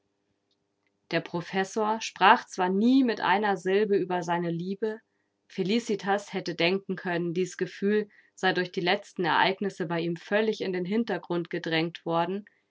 der professor sprach zwar nie mit einer silbe über seine liebe felicitas hätte denken können dies gefühl sei durch die letzten ereignisse bei ihm völlig in den hintergrund gedrängt worden